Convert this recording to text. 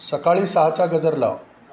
सकाळी सहाचा गजर लाव